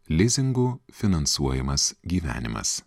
lizingu finansuojamas gyvenimas